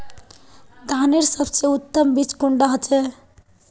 धानेर सबसे उत्तम बीज कुंडा होचए?